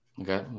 Okay